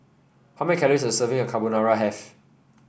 how many calories does a serving of Carbonara have